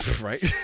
right